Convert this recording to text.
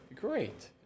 Great